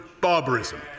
barbarism